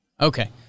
Okay